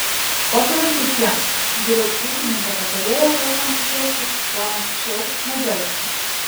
patariu ir kitiems geriau ūkininko patarėją talkon kviestis kuo anksčiau nedelsti